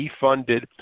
defunded